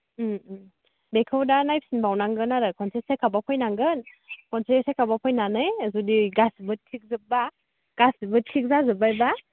बेखौ दा नायफिनबावनांगोन आरो खनसे चेकआपाव फैनांगोन खनसे चेकआपाव फैनानै जुदि गासैबो थिग जोबबा गासैबो थिग जाजोब्बाय बा